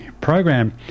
program